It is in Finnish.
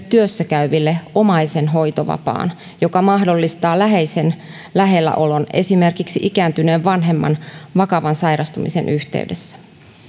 työssäkäyville omaisen hoitovapaan joka mahdollistaa läheisen lähellä olon esimerkiksi ikääntyneen vanhemman vakavan sairastumisen yhteydessä